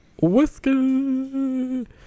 Whiskey